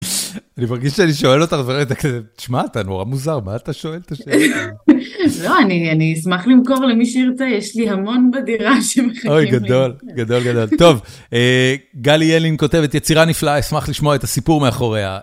אני מרגיש שאני שואל אותך דברים, תשמע, אתה נורא מוזר, מה אתה שואל את השאלה? לא, אני אשמח למכור למי שירצה, יש לי המון בדירה שמחכים לי. אויי, גדול, גדול, גדול, טוב. גלי ילין כותבת, יצירה נפלאה, אשמח לשמוע את הסיפור מאחוריה.